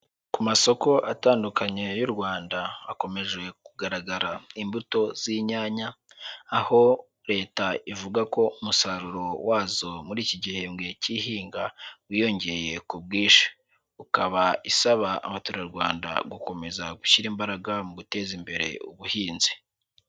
Ku masoko atandukanye y'u Rwanda, hakomeje kugaragara imbuto z'inyanya, aho Leta ivuga ko umusaruro wazo muri iki gihembwe cy'ihinga wiyongeye ku bwinshi, ukaba isaba abaturarwanda gukomeza gushyira imbaraga mu guteza imbere ubuhinzi.